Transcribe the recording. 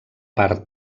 part